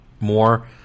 more